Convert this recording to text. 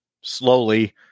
slowly